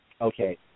okay